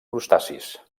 crustacis